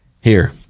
Here